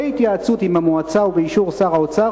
בהתייעצות עם המועצה ובאישור שר האוצר,